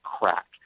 crack